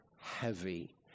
heavy